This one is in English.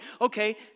Okay